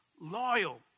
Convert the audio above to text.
Loyal